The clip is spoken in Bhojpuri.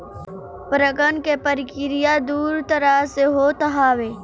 परागण के प्रक्रिया दू तरह से होत हवे